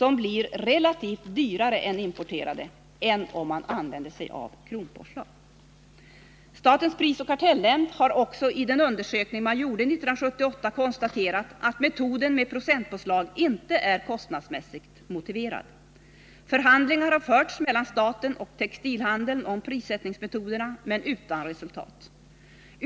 De blir relativt dyrare än importerade, vilket de inte skulle bli om man använde sig av kronpåslag. Statens prisoch kartellnämnd har också i den undersökning man gjorde 1978 konstaterat att metoden med procentpåslag inte är kostnadsmässigt motiverad. Förhandlingar har förts mellan staten och textilhandeln om prissättningsmetoderna men utan resultat.